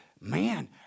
Man